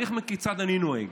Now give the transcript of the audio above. אני אגיד לכם כיצד אני נוהג.